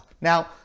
Now